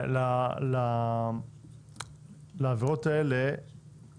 את עבירות האלה אתם